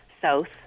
South